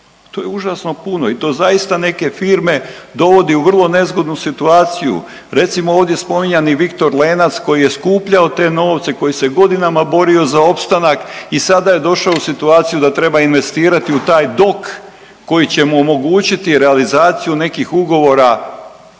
to je užasno puno i to zaista neke firme dovodi u vrlo nezgodnu situaciju. Recimo ovdje spominjani Viktor Lenac koji je skupljao te novce, koji se godinama borio za opstanak i sada je došao u situaciju da treba investirati u taj Dok koji će mu omogućiti realizaciju nekih ugovora